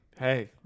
Hey